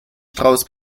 strauss